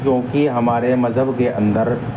چونکہ ہمارے مذہب کے اندر